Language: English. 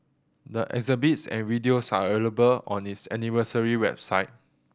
the exhibits and videos are available on its anniversary website